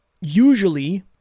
usually